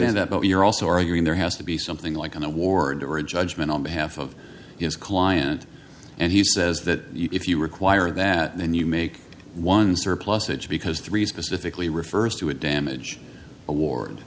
and that but you're also arguing there has to be something like an award or a judgment on behalf of his client and he says that if you require that then you make one surplusage because three specifically refers to a damage award